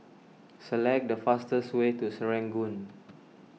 select the fastest way to Serangoon